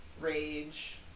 rage